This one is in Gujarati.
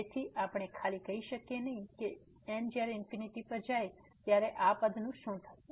તેથી આપણે ખાલી કહી શકીએ નહીં કે n જ્યારે પર જાય છે ત્યારે આ પદ નું શું થશે